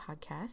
Podcast